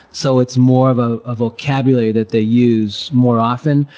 so it's more of a ah vocabulary that they use more often,